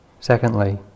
Secondly